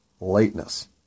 lateness